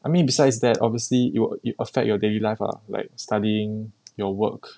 I mean besides that obviously it wil~ it will affect your daily life ah like studying your work